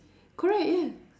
correct yes